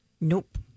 Nope